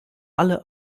alle